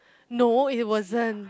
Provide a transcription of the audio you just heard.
no it wasn't